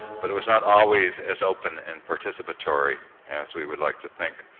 but it was not always as open and participatory as we would like to think.